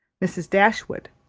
mrs. dashwood,